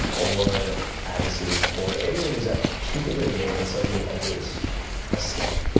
or agassi or anyone who is at the peak of their game and suddenly enters a slump,